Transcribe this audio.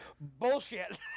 bullshit